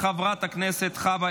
לוועדת החינוך,